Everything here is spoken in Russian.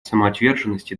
самоотверженность